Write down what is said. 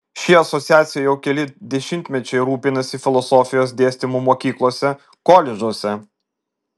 ši asociacija jau keli dešimtmečiai rūpinasi filosofijos dėstymu mokyklose koledžuose